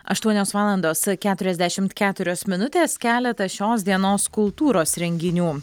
aštuonios valandos keturiasdešimt keturios minutės keletą šios dienos kultūros renginių